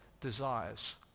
desires